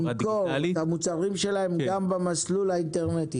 למכור את המוצרים שלהם גם במסלול האינטרנטי.